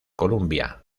columbia